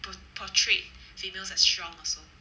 por~ portrayed females as strong also